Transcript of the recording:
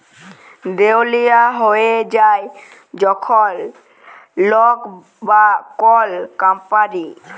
দেউলিয়া হঁয়ে যায় যখল লক বা কল কম্পালি